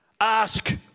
ask